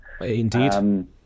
Indeed